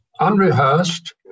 Unrehearsed